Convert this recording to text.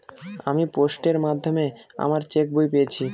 আমি পোস্টের মাধ্যমে আমার চেক বই পেয়েছি